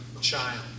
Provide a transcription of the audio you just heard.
child